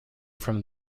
from